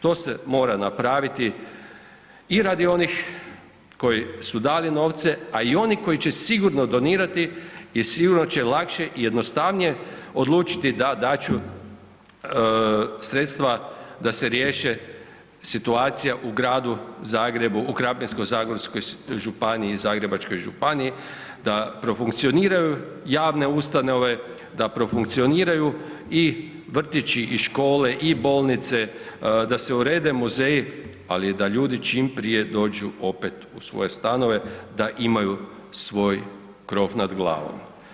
To se mora napraviti i radi onih koji su dali novce, a i onih koji će sigurno donirati i sigurno će lakše i jednostavnije odlučiti da dat ću sredstva da se riješe situacija u Gradu Zagrebu u Krapinsko-zagorskoj županiji i Zagrebačkoj županiji da profunkcioniraju javne ustanove, da profunkcioniraju i vrtići i škole i bolnice, da se urede muzeji ali i da ljudi čim prije dođu opet u svoje stanove, da imaju svoj krov nad glavom.